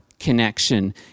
Connection